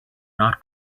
not